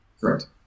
Correct